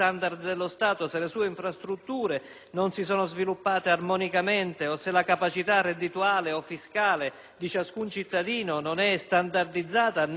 non si sono sviluppate armonicamente, o se la capacità reddituale o fiscale di ciascun cittadino non è standardizzata né al momento standardizzabile?